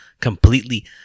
completely